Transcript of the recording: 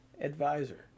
advisor